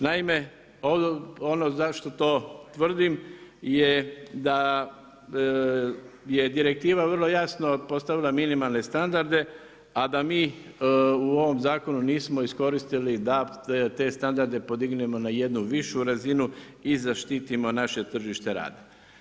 Naime, ono zašto to tvrdim je da je direktivna vrlo jasno postavila minimalne standarde, a da mi u ovom zakonu nismo iskoristili da te standarde podignemo na jednu višu razinu i zaštitimo naše tržište rada.